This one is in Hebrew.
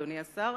אדוני השר,